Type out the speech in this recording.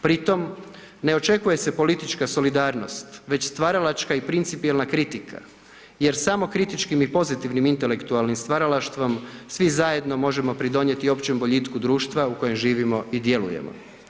Pritom ne očekuje se politička solidarnost, već stvaralačka i principijelna kritika jer samo kritičkim i pozitivnim intelektualnim stvaralaštvom, svi zajedno možemo pridonijeti općem boljitku društva u kojem živimo i djelujemo.